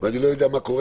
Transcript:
ואני לא יודע מה קורה